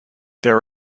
there